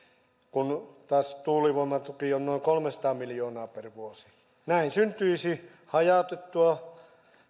kun taas tuulivoimatuki on noin kolmesataa miljoonaa per vuosi näin syntyisi hajautettua